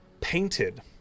Painted